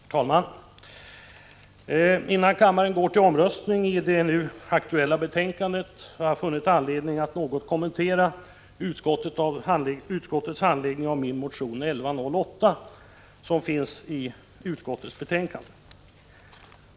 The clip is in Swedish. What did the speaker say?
Herr talman! Jag har funnit anledning att innan kammaren gå till omröstning i det nu aktuella betänkandet något kommentera utskottets handläggning av min motion 1108.